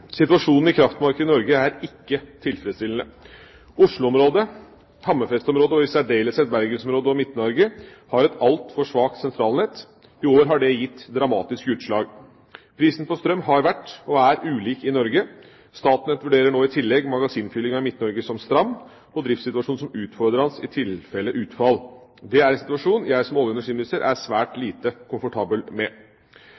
ikke tilfredsstillende. Osloområdet, Hammerfest-området og i særdeleshet Bergensområdet og Midt-Norge har et altfor svakt sentralnett. I år har det gitt dramatiske utslag. Prisen på strøm har vært og er ulik i Norge. Statnett vurderer nå i tillegg magasinfyllinga i Midt-Norge som stram og driftssituasjonen som utfordrende i tilfelle utfall. Dette er en situasjon jeg som olje- og energiminister er svært